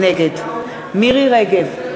נגד מירי רגב,